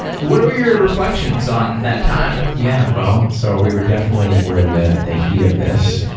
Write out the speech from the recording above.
what are your reflections on that time? yeah. well, so we were definitely were in the the heat of this.